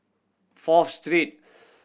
Fourth Street